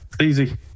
easy